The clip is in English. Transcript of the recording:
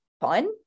fun